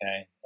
okay